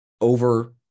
over